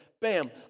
Bam